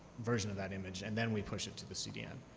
version of that image, and then we push it to the cdn.